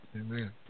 Amen